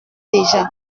déjà